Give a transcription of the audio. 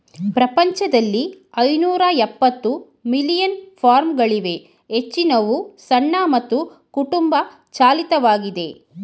ಪ್ರಪಂಚದಲ್ಲಿ ಐನೂರಎಪ್ಪತ್ತು ಮಿಲಿಯನ್ ಫಾರ್ಮ್ಗಳಿವೆ ಹೆಚ್ಚಿನವು ಸಣ್ಣ ಮತ್ತು ಕುಟುಂಬ ಚಾಲಿತವಾಗಿದೆ